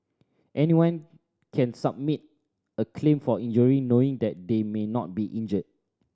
anyone can submit a claim for injury knowing that they may not be injured